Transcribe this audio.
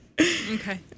Okay